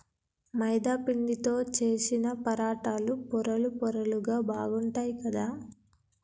మైదా పిండితో చేశిన పరాటాలు పొరలు పొరలుగా బాగుంటాయ్ కదా